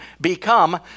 become